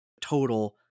total